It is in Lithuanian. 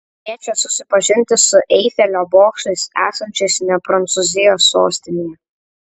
kviečia susipažinti su eifelio bokštais esančiais ne prancūzijos sostinėje